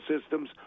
systems